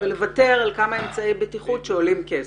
ויוותר על כמה אמצעי בטיחות שעולים כסף.